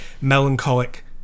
melancholic